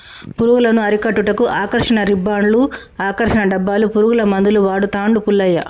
పురుగులను అరికట్టుటకు ఆకర్షణ రిబ్బన్డ్స్ను, ఆకర్షణ డబ్బాలు, పురుగుల మందులు వాడుతాండు పుల్లయ్య